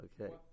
Okay